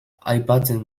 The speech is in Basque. aipatzen